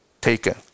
taken